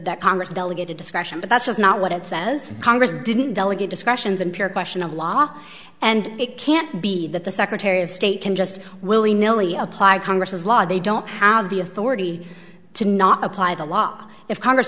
that congress delegated discretion but that's just not what it says congress didn't delegate discretions and pure question of law and it can't be that the secretary of state can just willy nilly apply congress's law they don't have the authority to not apply the law if congress